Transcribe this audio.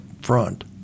front